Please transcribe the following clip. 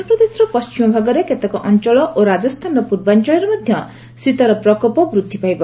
ମଧ୍ୟପ୍ରଦେଶର ପଣ୍ଢିମ ଭାଗର କେତେକ ଅଞ୍ଚଳ ଓ ରାଜସ୍ଥାନର ପୂର୍ବାଞ୍ଚଳରେ ମଧ୍ୟ ଶୀତର ପ୍ରକୋପ ବୃଦ୍ଧି ପାଇବ